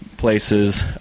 places